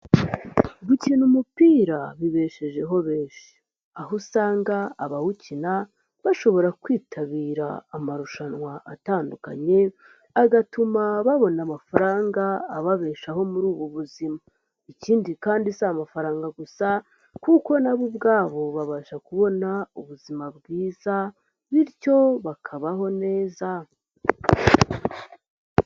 Gukina umupira bibeshejeho benshi, aho usanga abawukina bashobora kwitabira amarushanwa atandukanye, agatuma babona amafaranga ababeshaho muri ubu buzima. Ikindi kandi si amafaranga gusa kuko nabo ubwabo babasha kubona ubuzima bwiza, bityo bakabaho neza.